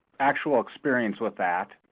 actual experience with that.